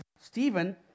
Stephen